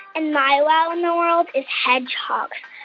and my wow in the world is hedgehogs.